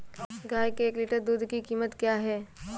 गाय के एक लीटर दूध की कीमत क्या है?